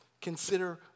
consider